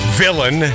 villain